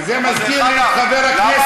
כי זה מזכיר לי את חבר הכנסת,